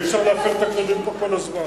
אי-אפשר להפר את הכללים פה כל הזמן.